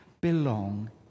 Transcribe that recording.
belong